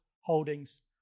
holdings